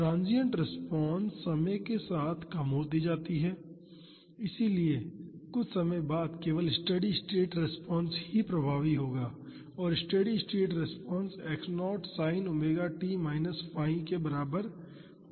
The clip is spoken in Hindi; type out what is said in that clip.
ट्रांसिएंट रिस्पांस समय के साथ कम होती जाती है इसलिए कुछ समय बाद केवल स्टेडी स्टेट रिस्पांस ही प्रभावी होगा और steady state response x 0 sin omega t minus 𝜙 के बराबर होती है